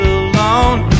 alone